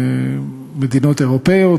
מדינות אירופיות,